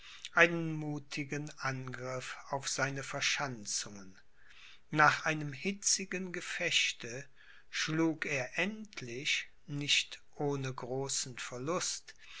einen muthigen angriff auf seine verschanzungen nach einem hitzigen gefechte schlug er endlich nicht ohne großen verlust